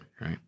right